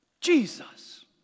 Jesus